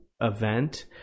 event